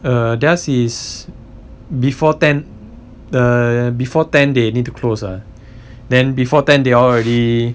err theirs is before ten the before ten they need to close ah then before ten they all already